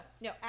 no